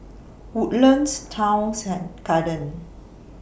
Woodlands Towns and Garden